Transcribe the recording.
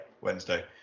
Wednesday